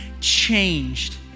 changed